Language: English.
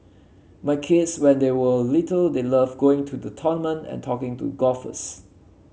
my kids when they were little they loved going to to tournament and talking to golfers